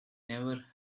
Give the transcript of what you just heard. never